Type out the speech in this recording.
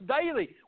daily